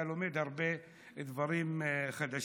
אתה לומד הרבה דברים חדשים.